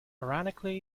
ironically